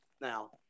now